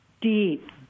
deep